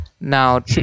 Now